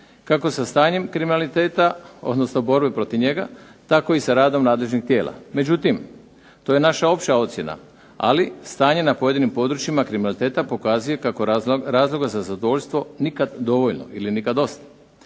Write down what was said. kako sa stanjem kriminaliteta, odnosno borbi protiv njega, tako i sa radom nadležnih tijela. Međutim, to je naša opća ocjena, ali stanje na pojedinim područjima kriminaliteta pokazuje kako razloga za zadovoljstvo nikad dovoljno ili nikad dosta.